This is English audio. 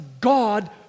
God